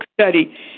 study